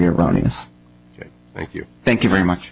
erroneous thank you thank you very much